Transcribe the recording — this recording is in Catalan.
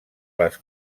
les